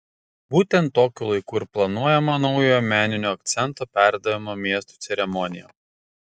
būtent tokiu laiku ir planuojama naujojo meninio akcento perdavimo miestui ceremonija